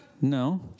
No